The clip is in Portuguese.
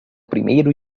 primeiro